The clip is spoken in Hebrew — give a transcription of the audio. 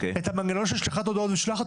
את המנגנון של שליחת הודעות והיא שולחת